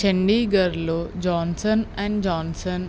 చండీఘర్లో Johnson and Johnson